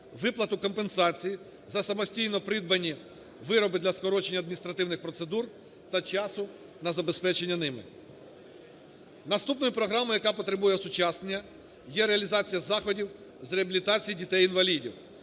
виплату компенсації за самостійно придбані вироби для скорочення адміністративних процедур та часу на забезпечення ними. Наступною програмою, яка потребує осучаснення, є реалізація заходів з реабілітації дітей-інвалідів,